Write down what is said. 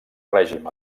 règim